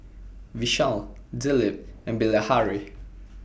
Vishal Dilip and Bilahari